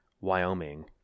Wyoming—